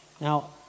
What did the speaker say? Now